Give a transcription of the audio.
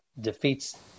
defeats